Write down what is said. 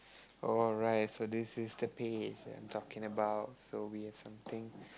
oh right so this is the page that I'm talking about so we've something